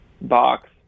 box